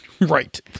Right